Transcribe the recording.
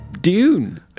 Dune